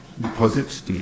deposits